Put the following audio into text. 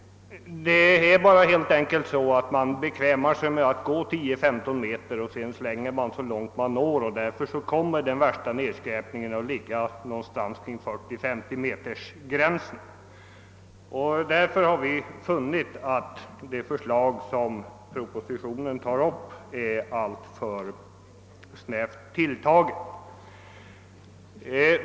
Folk bekvämar sig att gå 10—15 meter för att slänga bort skräpet, och därför förekommer den svåraste nedskräpningen 40—50 meter från rastplatserna. Vi har därför funnit propositionens förslag alltför snävt tilltaget.